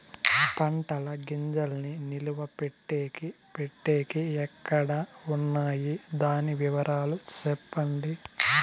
పంటల గింజల్ని నిలువ పెట్టేకి పెట్టేకి ఎక్కడ వున్నాయి? దాని వివరాలు సెప్పండి?